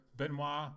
Benoit